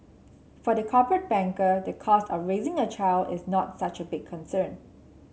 for the corporate banker the cost of raising a child is not such a big concern